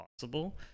possible